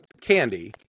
candy